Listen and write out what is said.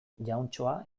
jauntxoa